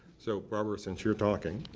so barbara, since you're talking,